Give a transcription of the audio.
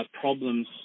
problems